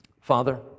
Father